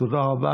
תודה רבה.